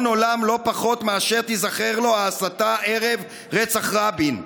עולם לא פחות מאשר תיזכר לו ההסתה ערב רצח רבין.